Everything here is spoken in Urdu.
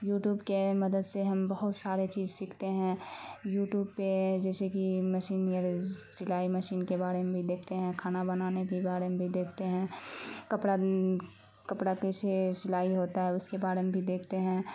یوٹوب کے مدد سے ہم بہت سارے چیز سیکھتے ہیں یوٹوب پہ جیسے کہ مشین سلائی مشین کے بارے میں بھی دیکھتے ہیں کھانا بنانے کی بارے میں بھی دیکھتے ہیں کپڑا کپڑا کیسے سلائی ہوتا ہے اس کے بارے میں بھی دیکھتے ہیں